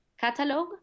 catalog